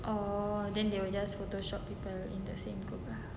oh then they will just photoshop people in the same group lah